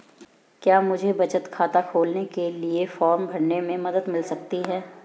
क्या मुझे बचत खाता खोलने के लिए फॉर्म भरने में मदद मिल सकती है?